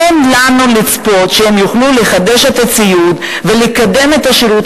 אין לנו לצפות שהם יוכלו לחדש את הציוד ולקדם את השירות